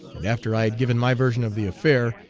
and after i had given my version of the affair,